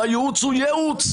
והייעוץ הוא ייעוץ.